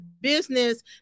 business